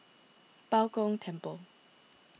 Bao Gong Temple